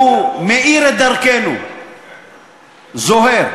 הוא מאיר את דרכנו, זוהר.